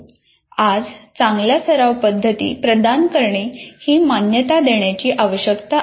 आज चांगल्या सराव पद्धती प्रदान करणे ही मान्यता देण्याची आवश्यकता आहे